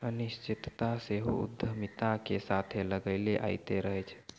अनिश्चितता सेहो उद्यमिता के साथे लागले अयतें रहै छै